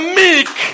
meek